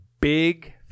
big